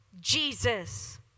Jesus